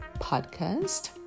podcast